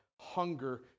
hunger